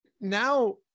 Now